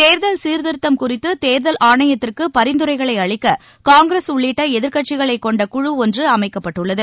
தேர்தல் சீர்திருத்தம் குறித்து தேர்தல் ஆணையத்திற்கு பரிந்துரைகளை அளிக்க காங்கிரஸ் உள்ளிட்ட எதிர்க்கட்சிகளைக் கொண்ட குழு ஒன்று அமைக்கப்பட்டுள்ளது